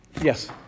Yes